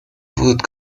wood